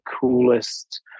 coolest